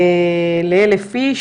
ל-1,000 איש,